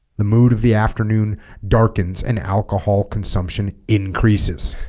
the mood of the afternoon darkens and alcohol consumption increases